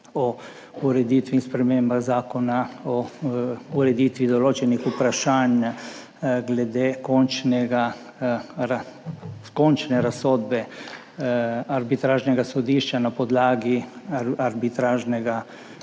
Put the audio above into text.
o ureditvi in spremembah Zakona o ureditvi določenih vprašanj glede končne razsodbe arbitražnega sodišča na podlagi Arbitražne